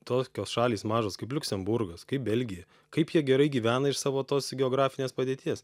tokios šalys mažos kaip liuksemburgas kaip belgija kaip jie gerai gyvena iš savo tos geografinės padėties